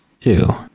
two